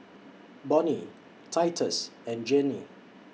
Bonny Titus and Jeannie